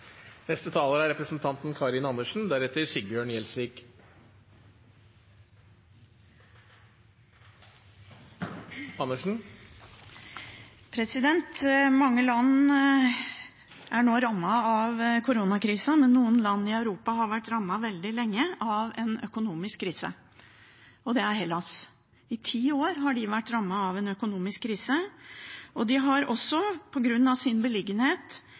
Mange land er nå rammet av koronakrisen, men noen land i Europa har vært rammet veldig lenge av en økonomisk krise, og et av dem er Hellas. I ti år har de vært rammet av en økonomisk krise, og de har også på grunn av sin beliggenhet